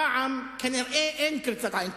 הפעם כנראה אין קריצת עין.